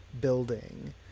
building